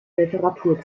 literatur